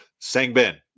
Sangbin